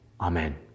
Amen